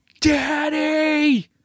Daddy